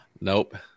Nope